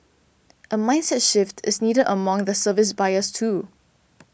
a mindset shift is needed among the service buyers too